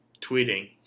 tweeting